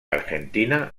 argentina